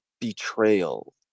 betrayal